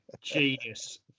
Genius